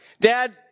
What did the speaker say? Dad